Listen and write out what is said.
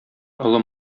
олы